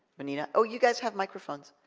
vanita? oh, you guys have microphones.